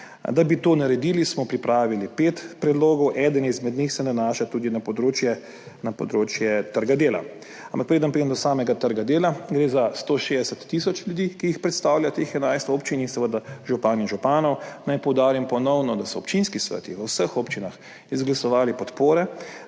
Da bi to naredili, smo pripravili pet predlogov. Eden izmed njih se nanaša tudi na področje trga dela, ampak preden pridem do samega trga dela, gre za 160 tisoč ljudi, ki predstavlja teh 11 občin, in seveda županje in župane. Naj ponovno poudarim, da so občinski sveti v vseh občinah izglasovali podporo